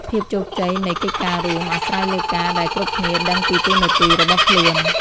ភាពជោគជ័យនៃកិច្ចការរួម អាស្រ័យលើការដែលគ្រប់គ្នាដឹងពីតួនាទីរបស់ខ្លួន។